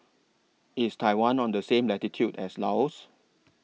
IS Taiwan on The same latitude as Laos